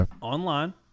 Online